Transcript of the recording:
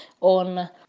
on